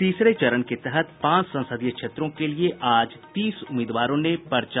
तीसरे चरण के तहत पांच संसदीय क्षेत्रों के लिये आज तीस उम्मीदवारों ने भरा पर्चा